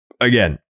Again